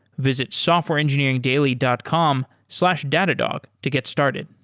visit softwareengineeringdaily dot com slash datadog to get started.